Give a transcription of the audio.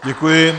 Děkuji.